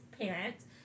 parents